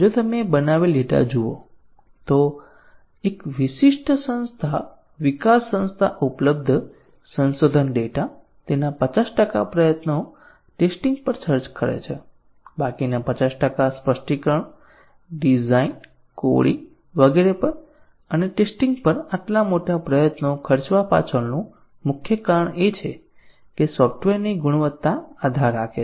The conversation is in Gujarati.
જો તમે બનાવેલ ડેટા જુઓ તો એક વિશિષ્ટ સંસ્થા વિકાસ સંસ્થા ઉપલબ્ધ સંશોધન ડેટા તેના 50 ટકા પ્રયત્નો ટેસ્ટીંગ પર ખર્ચ કરે છે બાકીના 50 ટકા સ્પષ્ટીકરણ ડિઝાઇન કોડિંગ વગેરે પર અને ટેસ્ટીંગ પર આટલા મોટા પ્રયત્નો ખર્ચવા પાછળનું મુખ્ય કારણ એ છે કે સોફ્ટવેરની ગુણવત્તા આધાર રાખે છે